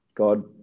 God